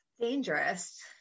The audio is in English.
Dangerous